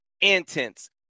intense